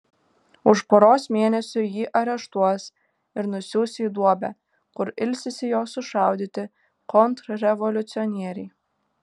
už poros mėnesių jį areštuos ir nusiųs į duobę kur ilsisi jo sušaudyti kontrrevoliucionieriai